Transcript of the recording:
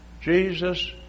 Jesus